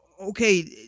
okay